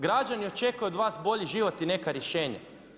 Građani očekuju od vas bolji život i neka rješenja.